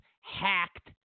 hacked